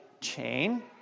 chain